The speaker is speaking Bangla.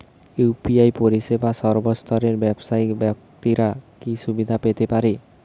ইউ.পি.আই পরিসেবা সর্বস্তরের ব্যাবসায়িক ব্যাক্তিরা কি সুবিধা পেতে পারে?